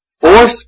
fourth